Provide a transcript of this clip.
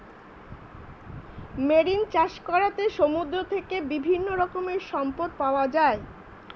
marine চাষ করাতে সমুদ্র থেকে বিভিন্ন রকমের সম্পদ পাওয়া যায়